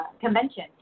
convention